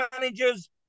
managers